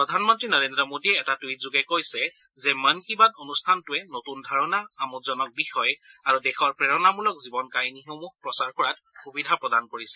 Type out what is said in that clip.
প্ৰধানমন্ত্ৰী নৰেন্দ্ৰ মোডীয়ে এটা টুইটযোগে কৈছে যে মন কী বাত অনুষ্ঠানটোৱে নতুন ধাৰণা আমোদজনক বিষয় আৰু দেশৰ প্ৰেৰণামূলক জীৱন কাহিনীসমূহ প্ৰচাৰ কৰাৰ সুযোগ প্ৰদান কৰিছে